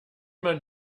man